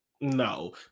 no